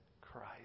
Christ